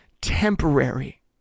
temporary